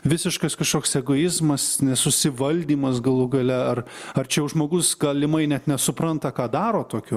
visiškas kažkoks egoizmas nesusivaldymas galų gale ar ar čia jau žmogus galimai net nesupranta ką daro tokiu